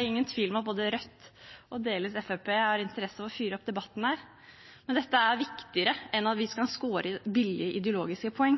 ingen tvil om at både Rødt og delvis Fremskrittspartiet har interesse av å fyre opp debatten her. Dette er viktigere enn at vi skal skåre billige ideologiske poeng.